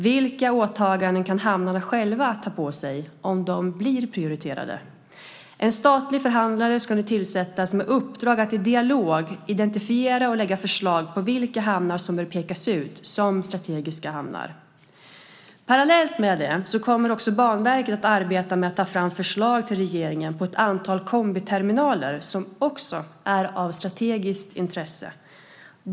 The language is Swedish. Vilka åtaganden kan hamnarna själva ta på sig om de blir prioriterade? En statlig förhandlare ska nu tillsättas med uppdrag att i dialog identifiera och lägga fram förslag på vilka hamnar som bör pekas ut som strategiska hamnar. Parallellt med det kommer Banverket att arbeta med att ta fram förslag till regeringen på ett antal kombiterminaler som också är av strategiskt intresse.